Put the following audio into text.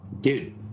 dude